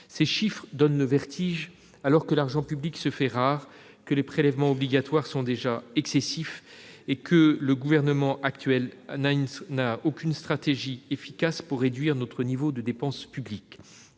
Ces chiffres donnent le vertige : alors que l'argent public se fait rare, que les prélèvements obligatoires sont déjà excessifs, que le Gouvernement actuel n'a aucune stratégie efficace pour réduire notre niveau de dépenses publiques,